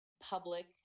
public